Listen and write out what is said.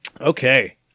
Okay